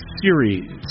series